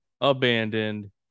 Abandoned